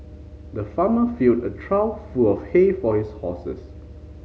the farmer filled a trough full of hay for his horses